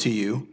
to you